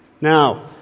Now